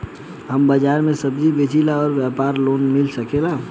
हमर बाजार मे सब्जी बेचिला और व्यापार लोन मिल सकेला?